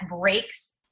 breaks